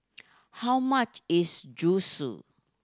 how much is Zosui